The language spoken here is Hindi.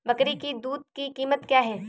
बकरी की दूध की कीमत क्या है?